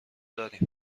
داریم